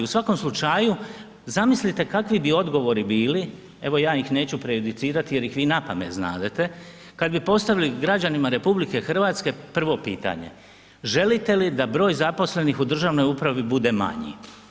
U svakom slučaju, zamislite kakvi bi odgovori bili, evo ja ih neću prejudicirati jer ih vi napamet znadete, kad bi postavili građanima RH prvo pitanje, želite li da broj zaposlenih u državnoj upravi bude manji.